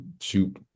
shoot